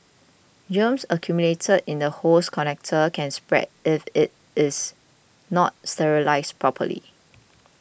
germs accumulated in the hose connector can spread if it is not sterilised properly